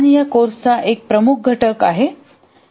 आणि हा या कोर्सचा एक प्रमुख घटक आहे